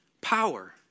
power